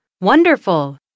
Wonderful